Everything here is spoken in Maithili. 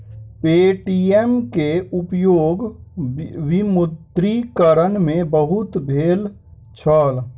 पे.टी.एम के उपयोग विमुद्रीकरण में बहुत भेल छल